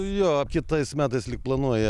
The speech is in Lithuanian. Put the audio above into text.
jo kitais metais lyg planuoja